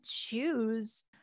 choose